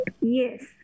Yes